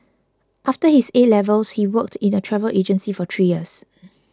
after his A levels he worked in a travel agency for three years